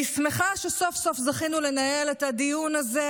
אני שמחה שסוף-סוף זכינו לנהל את הדיון הזה,